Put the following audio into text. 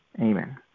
Amen